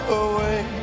away